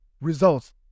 results